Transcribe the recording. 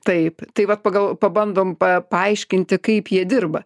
taip tai vat pagal pabandom pa paaiškinti kaip jie dirba